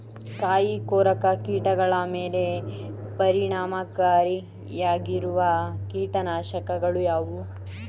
ಕಾಯಿಕೊರಕ ಕೀಟಗಳ ಮೇಲೆ ಪರಿಣಾಮಕಾರಿಯಾಗಿರುವ ಕೀಟನಾಶಗಳು ಯಾವುವು?